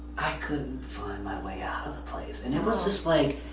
i couldn't find my way out of the place and it was just like.